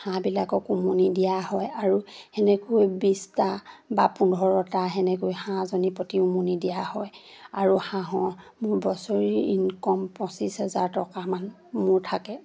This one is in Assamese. হাঁহবিলাকক উমনি দিয়া হয় আৰু সেনেকৈ বিছটা বা পোন্ধৰটা সেনেকৈ হাঁহজনীৰ প্ৰতি উমনি দিয়া হয় আৰু হাঁহৰ মোৰ বছৰীৰ ইনকম পঁচিছ হাজাৰ টকামান মোৰ থাকে